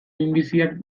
minbiziak